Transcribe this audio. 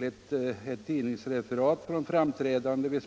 Vi har återgivit en liten del av detta uttalande i